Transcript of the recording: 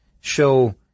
show